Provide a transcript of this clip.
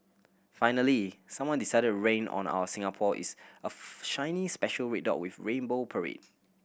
finally someone decided rain on our Singapore is a shiny special red dot with rainbow parade